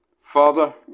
Father